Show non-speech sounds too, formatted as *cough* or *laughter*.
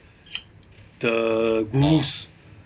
*noise* the gurus